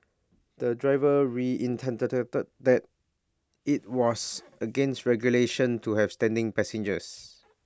the driver reiterated that IT was against regulations to have standing passengers